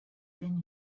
been